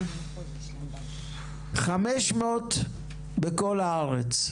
500 בכל הארץ,